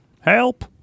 help